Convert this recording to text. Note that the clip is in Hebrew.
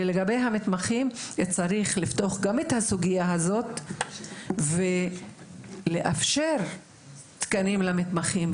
צריך לפתוח את סוגיית המתמחים ולאפשר תקנים למתמחים.